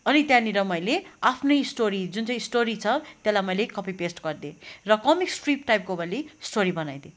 अनि त्यहाँनिर मैले आफ्नै स्टोरी जुन चाहिँ स्टोरी छ त्यसलाई मैले कपी पेस्ट गरिदिएँ र कमिक स्ट्रिप्स टाइपको मैले स्टोरी बनाइदिएँ